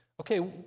Okay